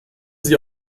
sie